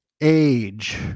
age